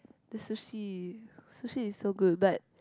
the sushi sushi is so good but